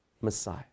Messiah